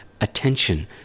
attention